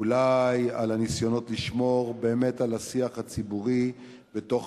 אולי על הניסיונות לשמור באמת על השיח הציבורי בתוך